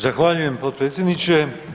Zahvaljujem potpredsjedniče.